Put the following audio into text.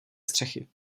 střechy